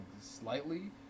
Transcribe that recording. slightly